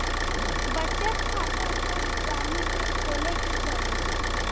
बचत खाता सभ जानी के खोले के चाही